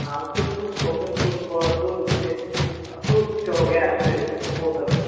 हाँ जैसे फ़्रूट्स को हो गए फ़्रूट्स को फ़्रूट जैसे फ़्रूट्स का हो गया आइस क्रीम्स वो सब है